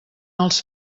els